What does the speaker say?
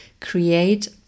create